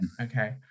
okay